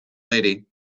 lady